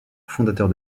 fondateur